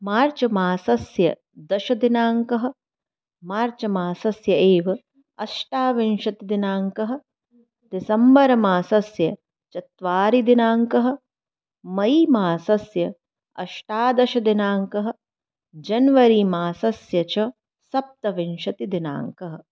मार्च् मासस्य दशदिनाङ्कः मार्च् मासस्य एव् अष्टाविंशतिदिनाङ्कः दिसम्बर् मासस्य चत्वारिदिनाङ्कः मै मासस्य अष्टादशदिनाङ्कः जन्वरी मासस्य च सप्तविंशतिदिनाङ्कः